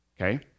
okay